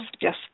yes